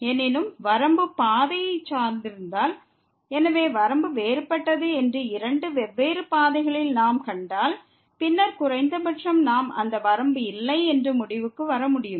எனினும் வரம்பு பாதையை சார்ந்திருந்தால் எனவே வரம்பு வேறுபட்டது என்று இரண்டு வெவ்வேறு பாதைகளில் நாம் கண்டால் பின்னர் குறைந்தபட்சம் நாம் அந்த வரம்பு இல்லை என்று முடிவுக்கு வர முடியும்